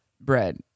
bread